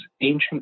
ancient